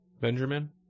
Benjamin